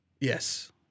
Yes